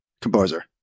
Composer